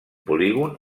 polígon